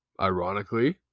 ironically